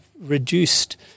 reduced